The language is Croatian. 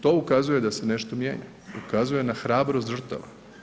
To ukazuje da se nešto mijenja, ukazuje na hrabrost žrtava.